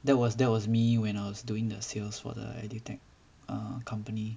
that was that was me when I was doing the sales for the edu tech err company